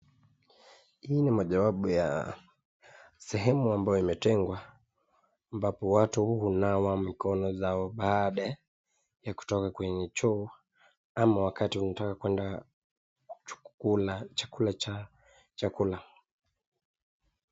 Hii ni moja wapo ya sehemu ambayo imetengwa, ambapo watu hunawa mikono yako baada ya kutoka kwenye choo, ama wakati unataka kwemda kula chakula cha chakula.